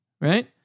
right